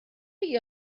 chi